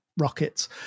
rockets